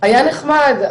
היה נחמד.